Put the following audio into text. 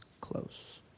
close